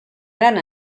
gran